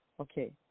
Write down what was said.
okay